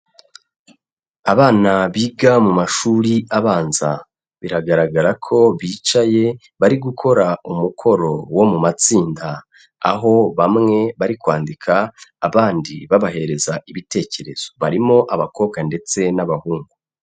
Abana biga mu mashuri abanza biragaragara ko bicaye bari gukora umukoro wo mu matsinda, aho bamwe bari kwandika abandi babahereza ibitekerezo, barimo abakobwa ndetse n'abahungu.